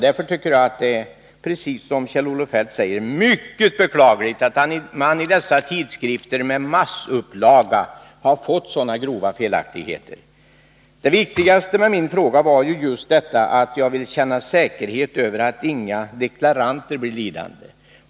Därför tycker jag precis som Kjell-Olof Feldt att det är mycket beklagligt att det i denna broschyr, som går ut i massupplaga, har blivit sådana grova felaktigheter. Det viktigaste syftet med min fråga var att jag ville förvissa mig om att inga deklaranter blir lidande.